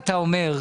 התלמידים,